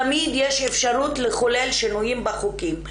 תמיד יש אפשרות לחולל שינויים בחוקים.